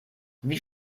wie